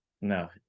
No